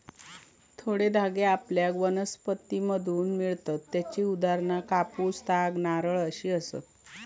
थोडे धागे आपल्याला वनस्पतींमधसून मिळतत त्येची उदाहरणा कापूस, ताग, नारळ अशी आसत